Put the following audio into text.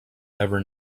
ever